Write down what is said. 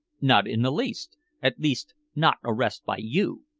not in the least at least, not arrest by you.